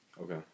Okay